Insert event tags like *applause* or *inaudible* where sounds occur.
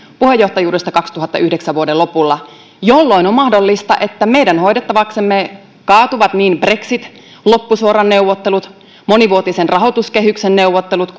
puheenjohtajuudesta vuoden kaksituhattayhdeksäntoista lopulla jolloin on mahdollista että meidän hoidettavaksemme kaatuvat niin brexitin loppusuoran neuvottelut monivuotisen rahoituskehyksen neuvottelut *unintelligible*